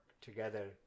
together